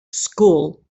school